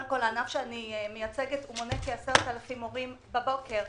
הענף שאני מייצגת מונה 10,000 מורים בבוקר.